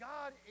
God